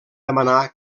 demanar